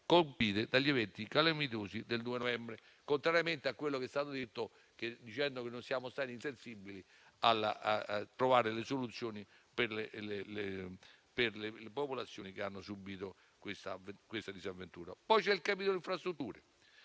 colpite dagli eventi calamitosi del 2 novembre. Contrariamente a quello che è stato detto, non siamo stati insensibili al trovare le soluzioni per le popolazioni che hanno subito una tale sventura. Poi c'è il capitolo infrastrutture.